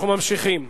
אנחנו ממשיכים: